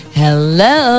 hello